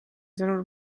sõnul